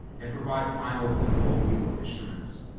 and provide final approval of legal instruments.